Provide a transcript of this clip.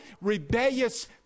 rebellious